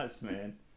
Man